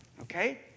Okay